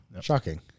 shocking